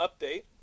update